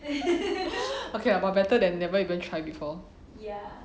okay lah but than never even try before